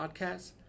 podcast